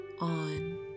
on